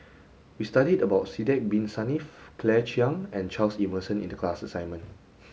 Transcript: we studied about Sidek bin Saniff Claire Chiang and Charles Emmerson in the class assignment